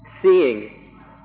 seeing